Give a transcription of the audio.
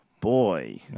boy